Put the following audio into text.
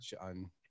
on